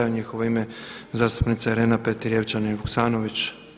U njihovo ime zastupnica Irena Petrijevčanin-Vuksanović.